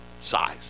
size